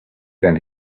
than